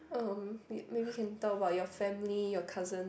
um maybe can talk about your family your cousin